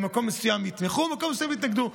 ממקום מסוים יתמכו וממקום מסוים יתנגדו.